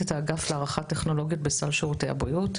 את האגף להערכת טכנולוגיות בסל שירותי הבריאות.